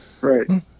Right